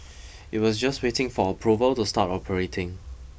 it was just waiting for approval to start operating